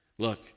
Look